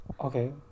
okay